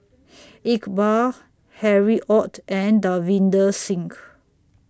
Iqbal Harry ORD and Davinder Singh